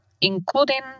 including